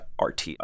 RT